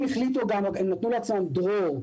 הם נתנו לעצמם דרור,